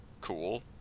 cool